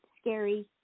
scary